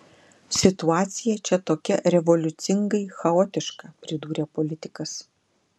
situacija čia tokia revoliucingai chaotiška pridūrė politikas